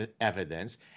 evidence